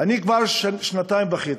כבר שנתיים וחצי.